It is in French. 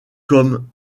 comme